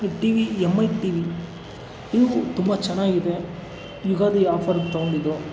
TV M I TV ಈಗೂ ತುಂಬ ಚೆನ್ನಾಗಿದೆ ಯುಗಾದಿ ಆಫರ್ಗೆ ತೊಂಡಿದ್ದು